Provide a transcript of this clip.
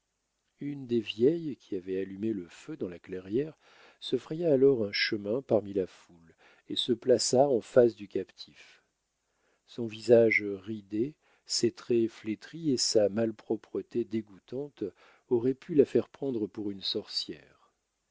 une des vieilles qui avaient allumé les feux dans la clairière se fraya alors un chemin parmi la foule et se plaça en face du captif son visage ridé ses traits flétris et sa malpropreté dégoûtante auraient pu la faire prendre pour une sorcière